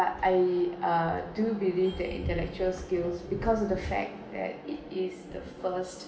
but I uh do believe that intellectual skills because of the fact that it is the first